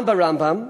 גם ברמב"ם,